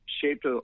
shaped